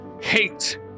hate